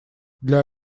для